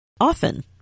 often